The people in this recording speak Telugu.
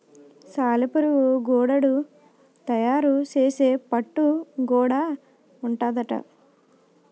సాలెపురుగు గూడడు తయారు సేసే పట్టు గూడా ఉంటాదట